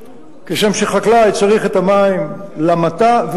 כשם שחקלאי צריך את המים למטע,